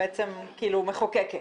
שלא מחוקקת.